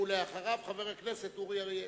אחריו, חבר הכנסת אורי אריאל.